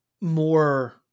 more